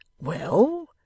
Well